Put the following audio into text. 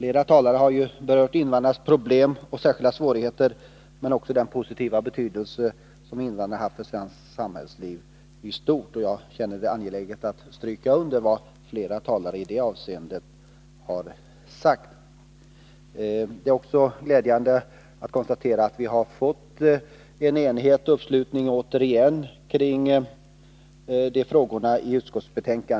Flera talare har berört invandrarnas problem och särskilda svårigheter men också den positiva betydelse som de har haft för svenskt samhällsliv i stort. Och jag instämmer i vad som har sagts i det avseendet. Det är också glädjande att konstatera att vi återigen i utskottet har uppnått enighet kring dessa frågor.